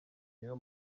nayo